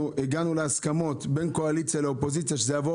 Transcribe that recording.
הגענו להסכמות בין קואליציה ואופוזיציה שזה יעבור